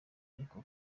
ariko